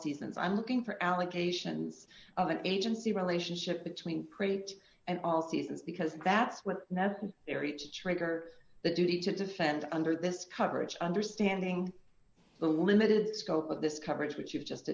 seasons i'm looking for allocations of an agency relationship between preach and all seasons because that's where the area to trigger the duty to defend under this coverage understanding the limited scope of this coverage which you've just